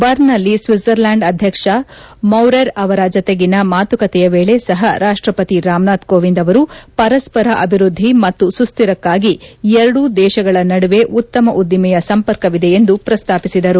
ಬರ್ನ್ನಲ್ಲಿ Switzerland ಅಧ್ಯಕ್ಷ Maurer ಅವರ ಜತೆಗಿನ ಮಾತುಕತೆಯ ವೇಳೆ ಸಹ ರಾಷ್ಲಪತಿ ರಾಮನಾಥ್ ಕೋವಿಂದ್ ಅವರು ಪರಸ್ಪರ ಅಭಿವೃದ್ದಿ ಮತ್ತು ಸುಸ್ವಿರಕ್ನಾಗಿ ಎರಡೂ ದೇಶಗಳ ನಡುವೆ ಉತ್ತಮ ಉದ್ದಿಮೆಯ ಸಂಪರ್ಕವಿದೆ ಎಂದು ಪ್ರಸ್ತಾಪಿಸಿದರು